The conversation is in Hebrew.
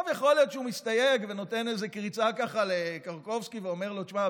יכול להיות שהוא מסתייג ונותן איזו קריצה לקרקובסקי ואומר לו: תשמע,